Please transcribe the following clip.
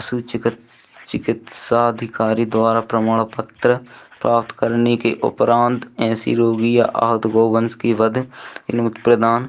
सू चिकत चिकित्साधिकारी द्वारा प्रमाणपत्र प्राप्त करने के उपरान्त ऐसी रोगी या आहत गौ वंश की वध अनुमति प्रदान